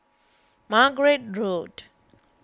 Margate Road